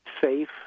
safe